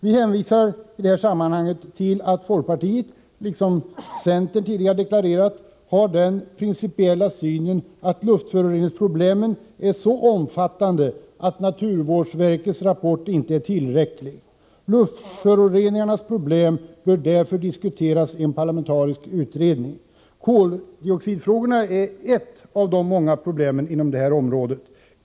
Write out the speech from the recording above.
Vi hänvisar i det sammanhanget till att folkpartiet har den principiella synpunkten att — liksom centern tidigare deklarerat — luftföroreningsproblemen är så omfattande att naturvårdsverkets rapport inte är tillräcklig. Luftföroreningarnas problem bör därför diskuteras i en parlamentariskt sammansatt utredning. Koldioxidfrågorna är ert av de många problemen inom detta område.